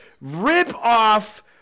rip-off